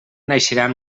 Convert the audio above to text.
naixeran